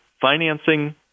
financing